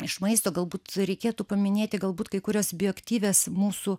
iš maisto galbūt reikėtų paminėti galbūt kai kurias bioaktyvias mūsų